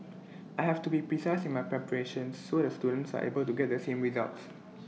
I have to be precise in my preparations so the students are able to get the same results